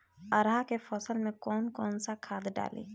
अरहा के फसल में कौन कौनसा खाद डाली?